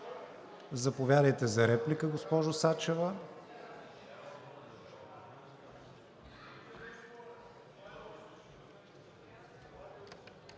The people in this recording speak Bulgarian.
Заповядайте за реплика госпожо Сачева.